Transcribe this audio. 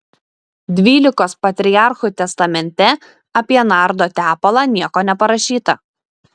dvylikos patriarchų testamente apie nardo tepalą nieko neparašyta